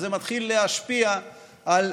וזה מתחיל להשפיע על,